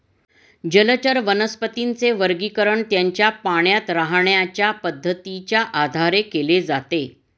जलचर वनस्पतींचे वर्गीकरण त्यांच्या पाण्यात राहण्याच्या पद्धतीच्या आधारे केले जाते